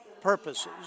purposes